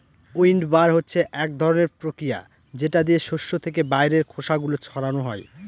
উইন্ডবার হচ্ছে এক ধরনের প্রক্রিয়া যেটা দিয়ে শস্য থেকে বাইরের খোসা গুলো ছাড়ানো হয়